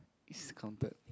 is counted